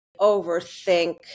overthink